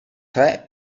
tre